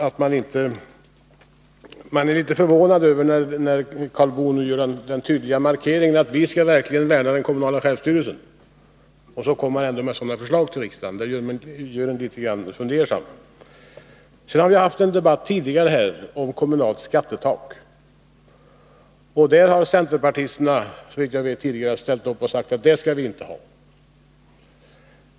Att Karl Boo först gör den tydliga markeringen att han verkligen vill värna om den kommunala självstyrelsen men sedan ändå kommer till riksdagen med sådana förslag gör att vi blir lite fundersamma. Vi har tidigare fört en debatt här om kommunalt skattetak, som centerpartisterna sagt sig inte vilja ha.